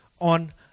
on